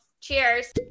cheers